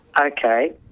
Okay